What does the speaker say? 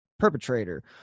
perpetrator